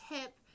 tip